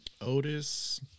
Otis